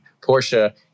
Porsche